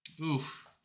Oof